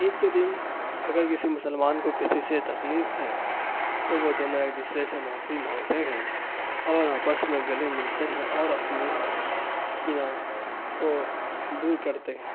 عید کے دن اگر کسی مسلمان کو کسی سے تکلیف ہے تو وہ دونوں ایک دوسرے سے معافی مانگتے ہیں اور آپس میں گلے ملتے ہیں اور اپنی کینہ کو دور کرتے ہیں